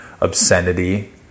obscenity